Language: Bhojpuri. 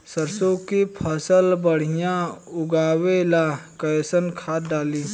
सरसों के फसल बढ़िया उगावे ला कैसन खाद डाली?